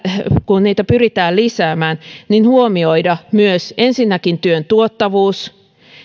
kun niitä pyritään lisäämään huomioida ensinnäkin myös työn tuottavuus